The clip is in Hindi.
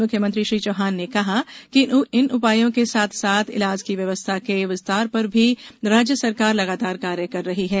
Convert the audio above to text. मुख्यमंत्री श्री चौहान ने कहा कि इन उपायों के साथ साथ इलाज की व्यवस्था के विस्तार पर भी राज्य सरकार लगातार कार्य कर रही है